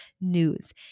news